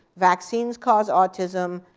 vaccines cause autism,